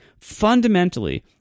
fundamentally